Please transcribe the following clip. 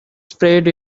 sprayed